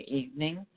evening